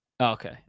Okay